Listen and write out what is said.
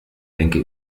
denke